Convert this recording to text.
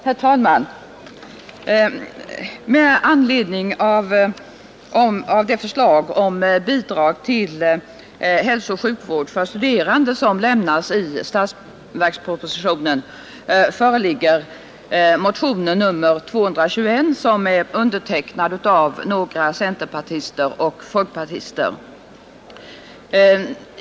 Herr talman! Med anledning av det förslag om bidrag till hälsooch sjukvård för studerande som framläggs i statsverkspropositionen väcktes motionen 221 av några centerpartister och folkpartister.